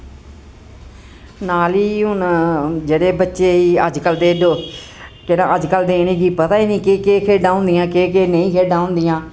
नाल ही हून जेह्ड़े बच्चे अजकल्ल दे डो जेह्ड़ा अजकल्ल दे इनेंगी पता ही निं कि केह् केह् खेढां होंदियां केह् केह् नेईं खेढां होंदियां